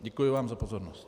Děkuji vám za pozornost.